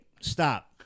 stop